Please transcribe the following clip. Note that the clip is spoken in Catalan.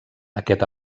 aquest